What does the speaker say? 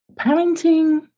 parenting